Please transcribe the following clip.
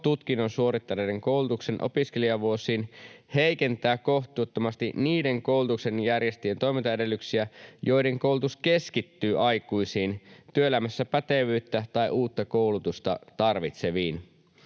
tutkinnon suorittaneiden koulutuksen opiskelijavuosiin heikentää kohtuuttomasti niiden koulutuksen järjestäjien toimintaedellytyksiä, joiden koulutus keskittyy aikuisiin työelämässä pätevyyttä tai uutta koulutusta tarvitseviin.